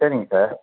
சரிங்க சார்